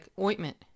ointment